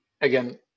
again